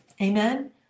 amen